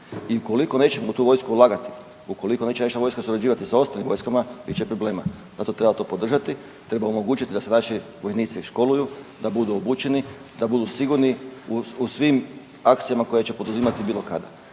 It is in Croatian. I ukoliko nećemo u tu vojsku ulagati, ukoliko neće naša vojska surađivati s ostalim vojskama bit će problema. Zato treba to podržati, treba omogućiti da se naši vojnici školuju, da budu obučeni, da budu sigurni u svim akcijama koje će poduzimati bilo kada.